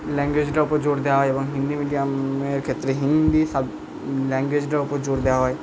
ল্যাঙ্গুয়েজটার ওপর জোর দেওয়া হয় এবং হিন্দি মিডিয়ামের ক্ষেত্রে হিন্দি ল্যাঙ্গুয়েজটার ওপর জোর দেওয়া হয়